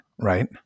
right